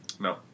No